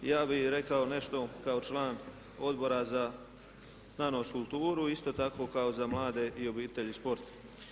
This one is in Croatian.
Ja bih rekao nešto kao član Odbora za znanost i kulturu, isto tako i za mlade i obitelj i sport.